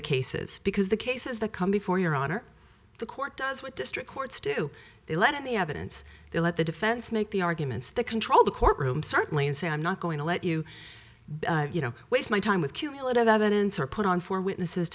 the cases because the cases that come before your honor the court does what district courts do they let in the evidence they let the defense make the arguments they control the courtroom certainly and say i'm not going to let you you know waste my time with cumulative evidence or put on four witnesses